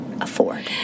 afford